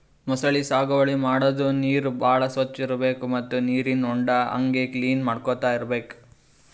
ಮೊಸಳಿ ಸಾಗುವಳಿ ಮಾಡದ್ದ್ ನೀರ್ ಭಾಳ್ ಸ್ವಚ್ಚ್ ಇರ್ಬೆಕ್ ಮತ್ತ್ ನೀರಿನ್ ಹೊಂಡಾ ಹಂಗೆ ಕ್ಲೀನ್ ಮಾಡ್ಕೊತ್ ಇರ್ಬೆಕ್